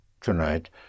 tonight